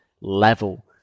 level